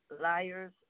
liars